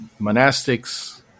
monastics